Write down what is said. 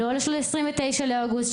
לא ל-29 באוגוסט,